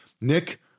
nick